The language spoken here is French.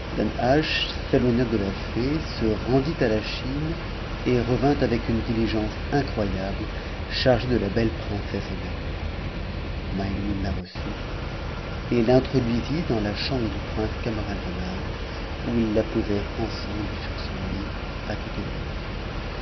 la fée se rendit à la chine et revint avec nedi igence incroyable chargé de la belle princesse endormie maimoune h reçut et l'introduisit dans la chambre du prince camaralzaman où ils i t posèrent ensemble sur son ht à côté de lui